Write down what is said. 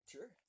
Sure